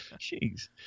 Jeez